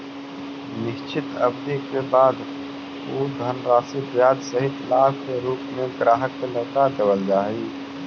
निश्चित अवधि के बाद उ धनराशि ब्याज सहित लाभ के रूप में ग्राहक के लौटा देवल जा हई